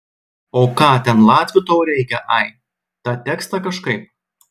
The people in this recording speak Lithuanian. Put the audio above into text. o ką ten latvių tau reikia ai tą tekstą kažkaip